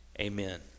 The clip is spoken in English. Amen